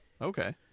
Okay